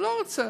לא רוצה,